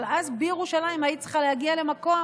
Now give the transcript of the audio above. אבל אז בירושלים היית צריכה להגיע למקום